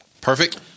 Perfect